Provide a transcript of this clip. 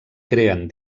creen